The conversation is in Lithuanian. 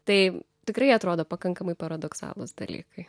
tai tikrai atrodo pakankamai paradoksalūs dalykai